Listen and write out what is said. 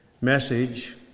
message